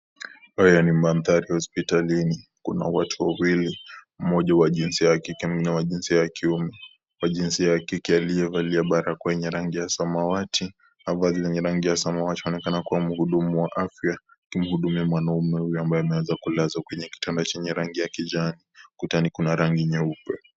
Haya ni manthari ya hodpitalini, kuna qatu wawili mmoja wa jinsiabya kike na mwingine wa jinsia ya kiume, mmoja wa jinsia ya kike aliyevalia vazi la samawati anaonekana kuwa muhudumu wa afya, akimhudumia mwanaume huyu ambaye ameweza kulazwa kwenye kitanda chenye rangi ya kijani, ukutani kuna rangi nyeupe.